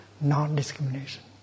non-discrimination